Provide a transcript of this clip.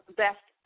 best